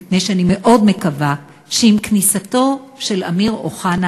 מפני שאני מאוד מקווה שעם כניסתו של אמיר אוחנה